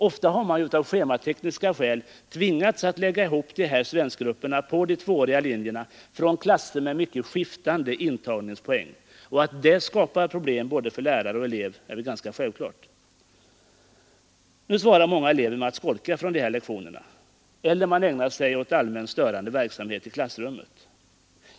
Ofta har man av schematekniska skäl tvingats lägga ihop sådana svenskgrupper på de tvååriga linjerna från klasser med mycket varierande intagningspoäng. Att det skapar problem både för lärare och elev är väl ganska självklart. Många elever reagerar med att skolka från dessa lektioner eller ägnar sig åt allmänt störande verksamhet i klassrummet.